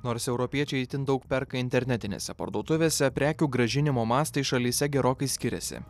nors europiečiai itin daug perka internetinėse parduotuvėse prekių grąžinimo mastai šalyse gerokai skiriasi